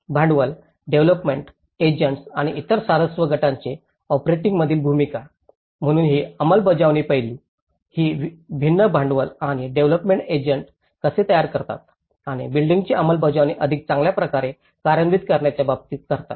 भांडवल development agents आणि इतर स्वारस्य गटांची ऑपरेटिंगमध्ये भूमिका म्हणून ही अंमलबजावणी पैलू ही भिन्न भांडवल आणि डेव्हलोपमेंट एजंट कसे तयार करतात आणि बिल्डिंगीची अंमलबजावणी अधिक चांगल्या प्रकारे कार्यान्वित करण्याच्या बाबतीत करतात